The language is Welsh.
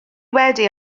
wedi